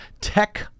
tech